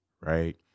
right